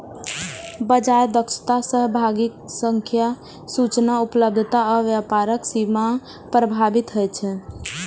बाजार दक्षता सहभागीक संख्या, सूचना उपलब्धता आ व्यापारक सीमा सं प्रभावित होइ छै